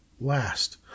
last